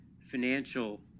financial